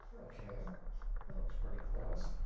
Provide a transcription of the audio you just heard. okay, that looks pretty close.